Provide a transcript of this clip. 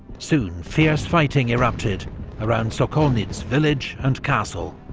soon fierce fighting erupted around sokolnitz village and castle.